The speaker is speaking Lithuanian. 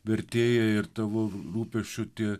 vertėja ir tavo rūpesčiu tie